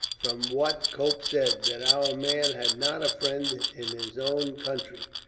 from what cope said, that our man had not a friend in his own country.